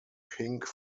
pink